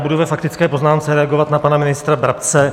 Budu ve faktické poznámce reagovat na pana ministra Brabce.